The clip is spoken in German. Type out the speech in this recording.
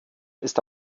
ist